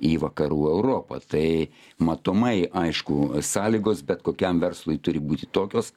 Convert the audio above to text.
į vakarų europą tai matomai aišku sąlygos bet kokiam verslui turi būti tokios